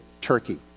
Turkey